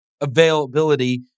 availability